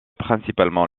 principalement